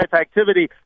activity